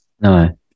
No